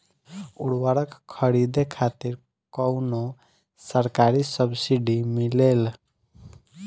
उर्वरक खरीदे खातिर कउनो सरकारी सब्सीडी मिलेल?